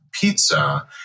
pizza